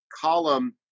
column